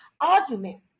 arguments